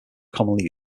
commonly